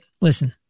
listen